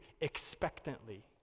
expectantly